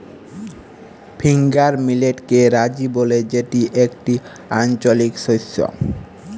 finger মিলেটকে রাজি ব্যলে যেটি একটি আঞ্চলিক শস্য